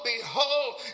behold